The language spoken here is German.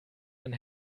man